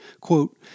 quote